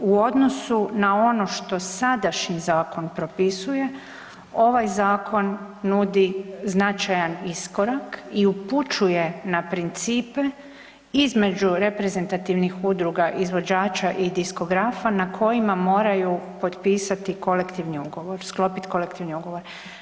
U odnosu na ono što sadašnji zakon propisuje, ovaj zakon nudi značajan iskorak i upućuje na principe između reprezentativnih udruga izvođača i diskografa, na kojima moraju potpisati kolektivni ugovor, sklopiti kolektivni ugovor.